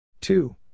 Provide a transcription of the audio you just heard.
Two